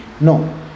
No